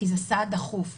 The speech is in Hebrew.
כי זה סעד דחוף.